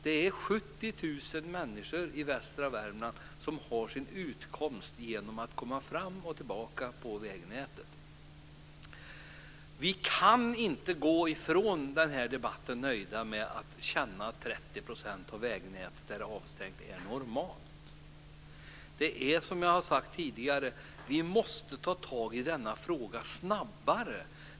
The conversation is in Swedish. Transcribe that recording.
Det är 70 000 människor i västra Värmland som måste komma fram och tillbaka på vägnätet för att få sin utkomst. Vi kan inte gå ifrån den här debatten och vara nöjda med att det är normalt att 30 % av vägnätet är avstängt. Som jag har sagt tidigare måste vi ta tag i den här frågan snabbare.